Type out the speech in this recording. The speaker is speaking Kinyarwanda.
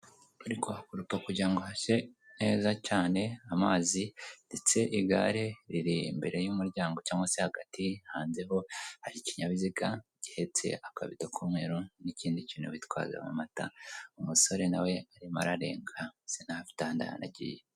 Bari kuhakoropa kugira ngo hase neza cyane amazi ndetse igare riri imbere y'umuryango cyangwa se hagati hanze ho hari ikinyabiziga gihetse akabido k'umwero n'ikindi kintu bitwazamo amata umusore na we arimo ararenga bisa naho afite ahandi hantu agiye.